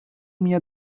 mnie